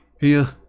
Here